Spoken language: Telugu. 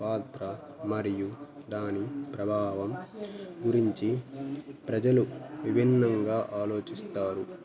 పాత్ర మరియు దాని ప్రభావం గురించి ప్రజలు విభిన్నంగా ఆలోచిస్తారు